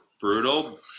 brutal